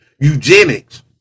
eugenics